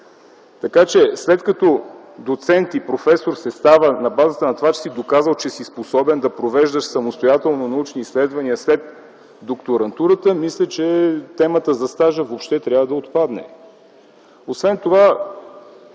излезе. След като доцент и професор се става на базата на това, че си доказал, че си способен да провеждаш самостоятелно научни изследвания след докторантурата, мисля, че темата за стажа въобще трябва да отпадне!